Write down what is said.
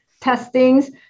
testings